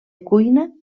cuina